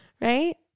right